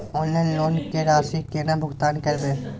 Online loan के राशि केना भुगतान करबे?